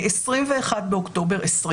מ-21 באוקטובר 2020,